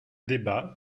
débat